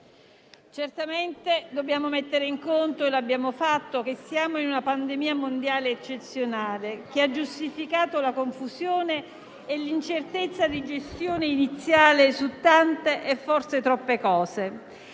certamente dobbiamo mettere in conto - e lo abbiamo fatto - che siamo in una pandemia mondiale eccezionale che ha giustificato la confusione e l'incertezza di gestione iniziale su tante e forse troppe cose.